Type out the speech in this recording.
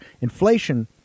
Inflation